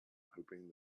hoping